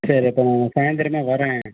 சரி அப்போ நான் சாய்ந்தரமே வரேன்